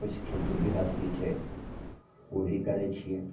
किछु खेती गृहस्थी छै ओ भी करै छिए